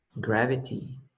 gravity